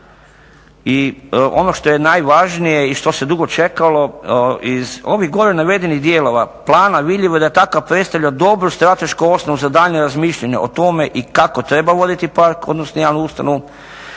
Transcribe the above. I ono što je najvažnije i što se dugo čekalo iz ovih gore navedenih dijelova plana vidljivo je da takav predstavlja dobru stratešku osnovu za daljnje razmišljanje o tome i kako treba voditi park, odnosno javnu ustanovu